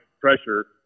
pressure